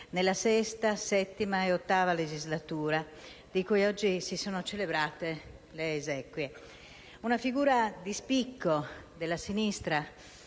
(nella VI, VII e VIII legislatura), di cui oggi si sono celebrate le esequie. Una figura di spicco della sinistra